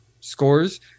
scores